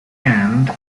earned